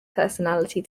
personality